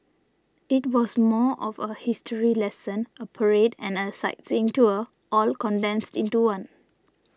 it was more of a history lesson a parade and a sightseeing tour all condensed into one